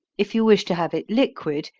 if you wish to have it liquid,